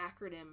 acronym